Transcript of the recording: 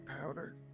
powder